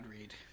read